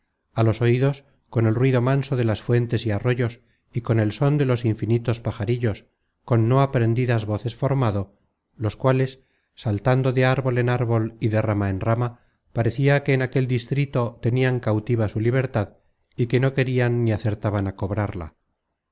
á los oidos con el ruido manso de las fuentes y arroyos y con el són de los infinitos pajarillos con no aprendidas voces formado los cuales saltando de árbol en árbol y de rama en rama parecia que en aquel distrito tenian cautiva su libertad y que no querian ni acertaban á cobrarla